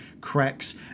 cracks